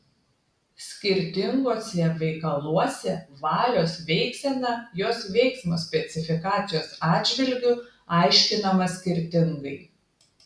skirtinguose veikaluose valios veiksena jos veiksmo specifikacijos atžvilgiu aiškinama skirtingai